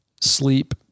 sleep